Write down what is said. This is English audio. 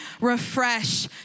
refresh